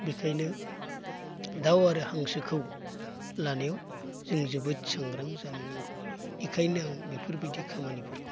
बेखायनो दाउ आरो हांसोखौ लानायाव जों जोबोद सांग्रां जानो नांगौ इखायनो आं बेफोरबायदि खामानिफोरखौ